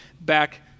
back